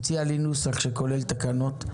תציע לי נוסח שכולל תקנות.